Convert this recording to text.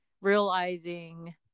realizing